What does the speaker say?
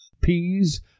peas